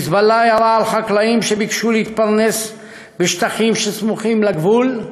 "חיזבאללה" ירה על חקלאים שביקשו להתפרנס בשטחים שסמוכים לגבול,